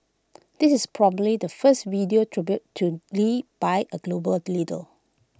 this is probably the first video tribute to lee by A global the leader